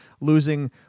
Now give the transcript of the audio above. losing